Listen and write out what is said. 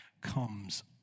comes